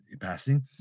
passing